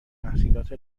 تحصیلات